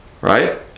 Right